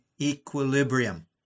equilibrium